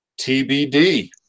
TBD